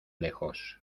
lejos